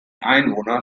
einwohner